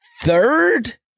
third